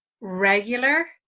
regular